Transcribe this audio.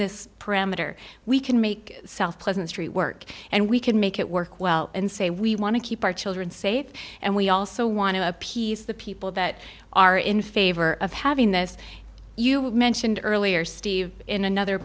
this parameter we can make south pleasant street work and we can make it work well and say we want to keep our children safe and we also want to appease the people that are in favor of having this you mentioned earlier steve in another